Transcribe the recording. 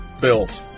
bills